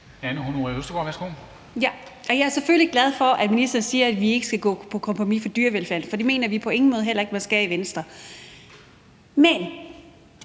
Jeg er selvfølgelig glad for, at ministeren siger, at vi ikke skal gå på kompromis med dyrevelfærden, for det mener vi på ingen måde heller ikke man skal i Venstre. Men